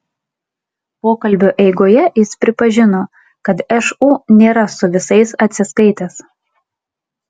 pokalbio eigoje jis pripažino kad šu nėra su visais atsiskaitęs